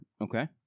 Okay